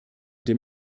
dem